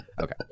Okay